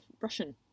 Russian